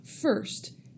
First